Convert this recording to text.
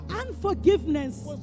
Unforgiveness